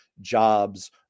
jobs